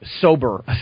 sober